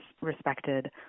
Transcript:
respected